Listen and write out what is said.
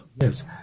Yes